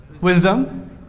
Wisdom